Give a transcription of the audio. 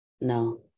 no